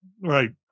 Right